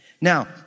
Now